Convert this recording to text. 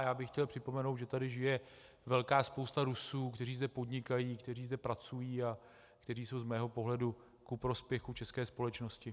A já bych chtěl připomenout, že tady žije velká spousta Rusů, kteří zde podnikají, kteří zde pracují a kteří jsou z mého pohledu ku prospěchu české společnosti.